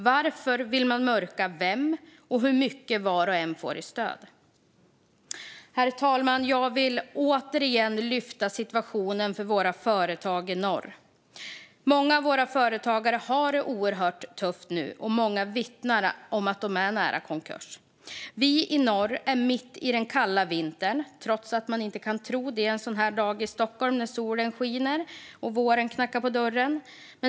Varför vill man mörka vilka som får stöd och hur mycket var och en får i stöd? Herr talman! Jag vill återigen lyfta fram situationen för våra företag i norr. Många av våra företagare har det oerhört tufft nu, och många vittnar om att de är nära konkurs. Vi i norr är mitt i den kalla vintern, trots att man inte kan tro det en sådan här dag i Stockholm, när solen skiner och våren knackar på dörren.